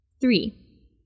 Three